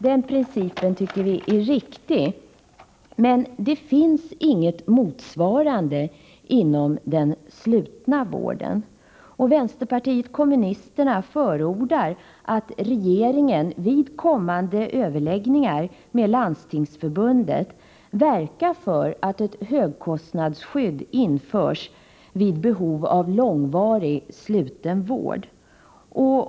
Den principen tycker vi är riktig, men det finns inte något motsvarande inom den slutna vården. Vänsterpartiet kommunisterna förordar att regeringen vid kommande överläggningar med Landstingsförbundet verkar för att ett högkostnadsskydd införs vid behov av långvarig sluten vård.